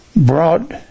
brought